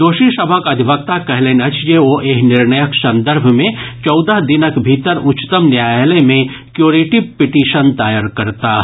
दोषी सभक अधिवक्ता कहलनि अछि जे ओ एहि निर्णयक संदर्भ मे चौदह दिनक भीतर उच्चतम न्यायालय मे क्योरेटिव पिटीशन दायर करताह